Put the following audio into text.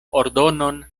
ordonon